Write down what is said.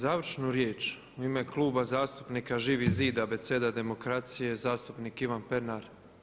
Završnu riječ u ime Kluba zastupnika Živi zid Abeceda demokracija zastupnik Ivan Pernar.